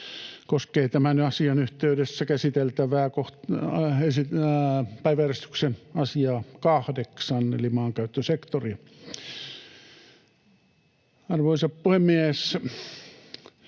koskee tämän asian yhteydessä käsiteltävää päiväjärjestyksen asiaa 8 eli maankäyttösektoria. Arvoisa puhemies!